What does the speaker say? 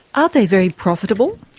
are they very profitable?